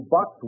Box